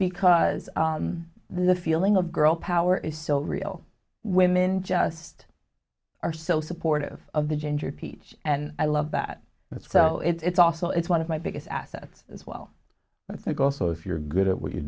because the feeling of girl power is so real women just are so supportive of the ginger peach and i love that that's so it's also it's one of my biggest assets as well i think also if you're good at what you